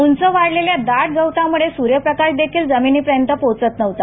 उंच वाढलेल्या दाट गवतामुळे सूर्यप्रकाश जमिनीपर्यंत पोहोचत नव्हता